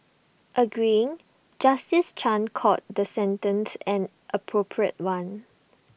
agreeing justice chan called the sentence an appropriate one